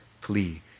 plea